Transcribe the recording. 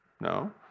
No